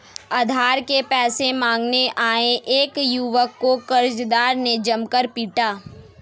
उधार के पैसे मांगने आये एक युवक को कर्जदार ने जमकर पीटा